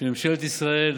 שממשלת ישראל